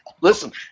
listen